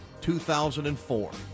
2004